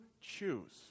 choose